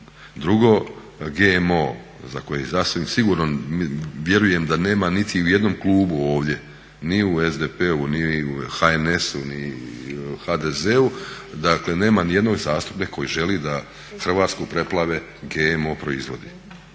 drugo, GMO za koje sigurno vjerujem da nema niti u jednom klubu ovdje, ni u SDP-u ni HNS-u, ni HDZ-u, dakle nema ni jednog zastupnika koji želi da Hrvatsku preplave GMO proizvodi.